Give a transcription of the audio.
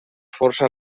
força